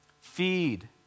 feed